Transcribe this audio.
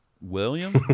William